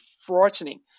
frightening